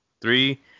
Three